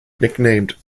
nicknamed